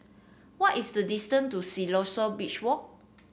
what is the distance to Siloso Beach Walk